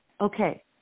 Okay